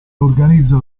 organizza